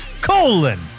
Colon